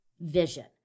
vision